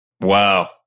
Wow